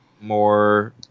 more